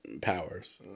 powers